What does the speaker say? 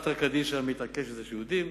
"אתרא קדישא" מתעקש שזה של יהודים.